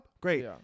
Great